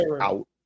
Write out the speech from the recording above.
out